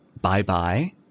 bye-bye